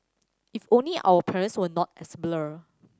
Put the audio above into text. if only our parents were not as blur